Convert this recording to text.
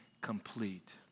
complete